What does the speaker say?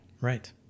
Right